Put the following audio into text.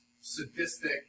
sadistic